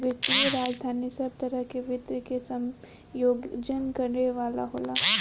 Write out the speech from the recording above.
वित्तीय राजधानी सब तरह के वित्त के समायोजन करे वाला होला